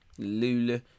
Lula